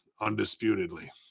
undisputedly